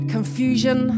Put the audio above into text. Confusion